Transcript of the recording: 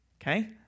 Okay